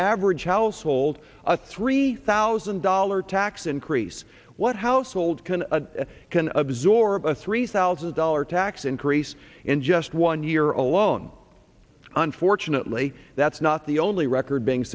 average household a three thousand dollars tax increase what household can can absorb a three thousand dollars tax increase in just one year alone unfortunately that's not the only record being